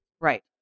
Right